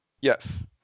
Yes